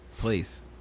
Please